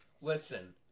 listen